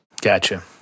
Gotcha